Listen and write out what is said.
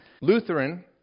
lutheran